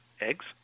eggs